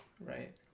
Right